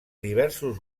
diversos